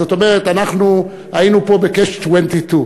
זאת אומרת, אנחנו היינו פה ב-Catch-22.